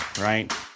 right